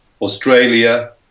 Australia